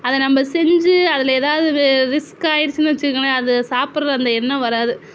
அதை நம்ம செஞ்சு அதில் ஏதாவது ரிஸ்க் ஆகிடிச்சினு வச்சிக்கோங்களேன் அது சாப்பிட்ற அந்த எண்ணம் வராது